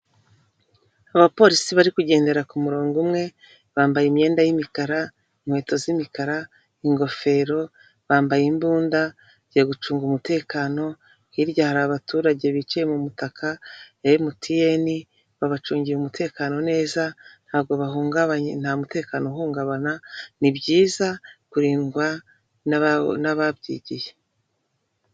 Abapolisi bari kugendera ku murongo umwe bambaye imyenda y’imikara, inkweto zimikara, ingofero, bambaye imbunda bagiye gucunga umutekano hirya hari abaturage bicaye mu mutaka ya MTN babacungira umutekano neza ntabwo bahungabanye nta mutekano uhungabana ni byiza kurirdwa nababyigiye.